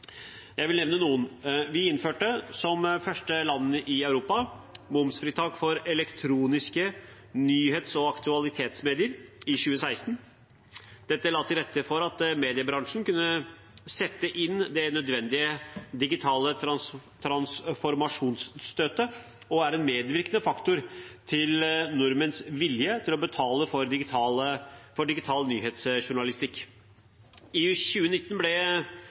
Jeg vil nevne noen: Vi innførte, som første land i Europa, momsfritak for elektroniske nyhets- og aktualitetsmedier i 2016. Dette la til rette for at mediebransjen kunne sette inn det nødvendige digitale transformasjonsstøtet og er en medvirkende faktor til nordmenns vilje til å betale for digital nyhetsjournalistikk. I 2019 ble